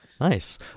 Nice